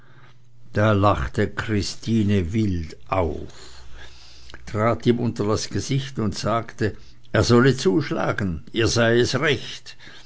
da lachte christine wild auf trat ihm unter das gesicht und sagte er solle zuschlagen ihr sei es recht